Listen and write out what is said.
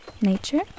nature